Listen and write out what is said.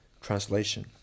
Translation